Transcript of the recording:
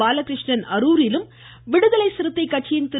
பாலகிருஷ்ணன் அரூரிலும் விடுதலை சிறுத்தை கட்சியின் திரு